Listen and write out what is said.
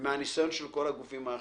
ומהניסיון של כל הגופים האחרים,